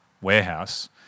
warehouse